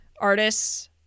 Artists